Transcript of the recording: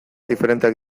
diferenteak